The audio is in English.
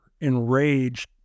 enraged